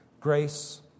Grace